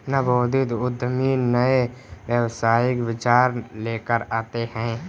नवोदित उद्यमी नए व्यावसायिक विचार लेकर आते हैं